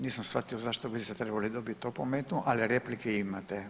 Nisam shvatio zašto biste trebali dobiti opomenu, ali replike imate.